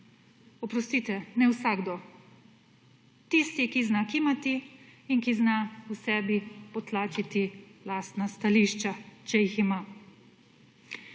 Oprostite, ne vsakdo, tisti, ki zna kimati in ki zna v sebi potlačiti lastna stališča, če jih ima.